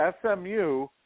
SMU